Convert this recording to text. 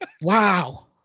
Wow